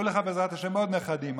בעזרת השם יהיו לך עוד נכדים,